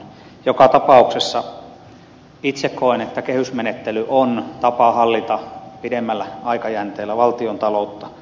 joka tapauksessa itse koen että kehysmenettely on tapa hallita pidemmällä aikajänteellä valtiontaloutta